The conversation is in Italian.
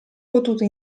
potuto